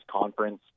conference